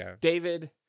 David